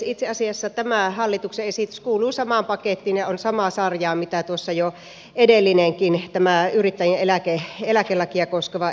itse asiassa tämä hallituksen esitys kuuluu samaan pakettiin ja on samaa sarjaa kuin tuossa jo edellinenkin tämä yrittäjien eläkelakia koskeva esitys